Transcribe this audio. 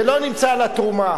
ולא נמצאה לה תרומה,